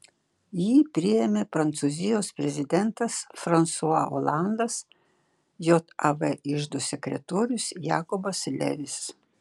jį priėmė prancūzijos prezidentas fransua olandas jav iždo sekretorius jakobas levis